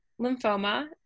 lymphoma